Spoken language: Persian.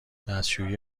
دستشویی